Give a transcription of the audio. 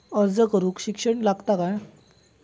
अर्ज करूक शिक्षण लागता काय?